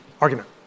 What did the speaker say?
argument